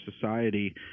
society